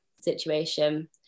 situation